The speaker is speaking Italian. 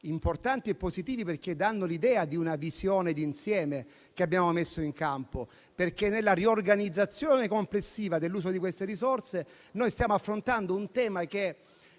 importanti e positivi, perché danno l'idea di una visione d'insieme che abbiamo messo in campo. Nella riorganizzazione complessiva dell'uso di queste risorse, infatti, noi stiamo affrontando un tema che